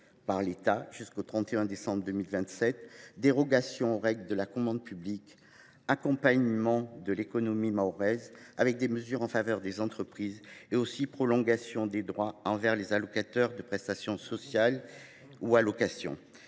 par l’État, jusqu’au 31 décembre 2027 ; dérogations aux règles de la commande publique ; accompagnement de l’économie mahoraise, avec des dispositions en faveur des entreprises ; enfin, prolongation des droits des bénéficiaires de prestations sociales ou d’allocations.